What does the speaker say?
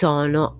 Sono